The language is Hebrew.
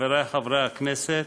חברי חברי הכנסת,